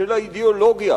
של האידיאולוגיה,